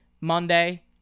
Monday